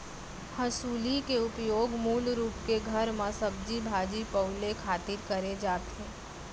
हँसुली के उपयोग मूल रूप के घर म सब्जी भाजी पउले खातिर करे जाथे